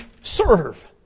serve